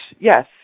yes